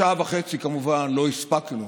בשעה וחצי, כמובן, לא הספקנו